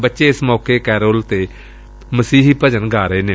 ਬੱਚੇ ਏਸ ਮੌਕੇ ਕੈਰੋਲ ਅਤੇ ਮਸੀਹੀ ਭਜਨ ਗਾ ਰਹੇ ਨੇ